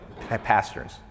pastors